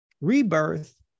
rebirth